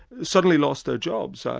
suddenly lost their jobs.